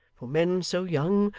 for men so young,